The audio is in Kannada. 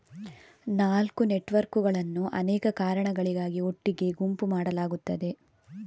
ನಾಲ್ಕು ನೆಟ್ವರ್ಕುಗಳನ್ನು ಅನೇಕ ಕಾರಣಗಳಿಗಾಗಿ ಒಟ್ಟಿಗೆ ಗುಂಪು ಮಾಡಲಾಗುತ್ತದೆ